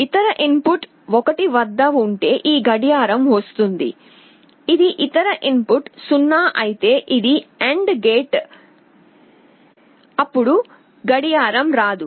ఇతర input 1 వద్ద ఉంటే ఈ గడియారం వస్తుంది ఇది ఇతర ఇన్ పుట్ 0 అయితే ఇది AND గేట్ అప్పుడు క్లాక్ రాదు